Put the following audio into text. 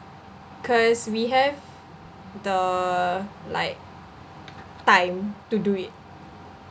cause we have the like time to do it